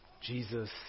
Jesus